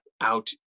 out